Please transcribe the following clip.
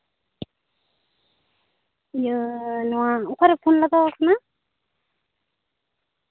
ᱤᱭᱟᱹ ᱱᱚᱣᱟ ᱚᱠᱟᱨᱮ ᱯᱷᱳᱱ ᱞᱟᱜᱟᱣ ᱠᱟᱱᱟ